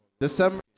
December